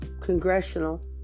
congressional